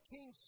King